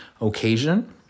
occasion